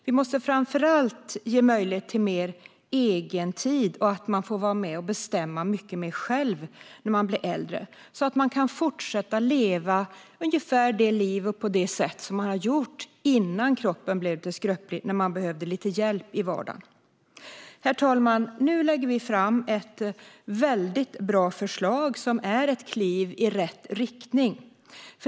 Vi måste framför allt ge möjlighet till mer egentid och till att få bestämma mycket mer själv när man blir äldre, så att man kan fortsätta att leva ungefär på det sätt som man gjort innan kroppen blev lite skröplig och man behöver lite hjälp i vardagen. Herr talman! Nu lägger vi fram ett väldigt bra förslag, som är ett kliv i rätt riktning.